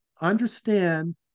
understand